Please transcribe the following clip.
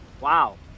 Wow